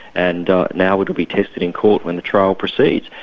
and now it'll be tested in court when the trial proceeds,